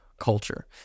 culture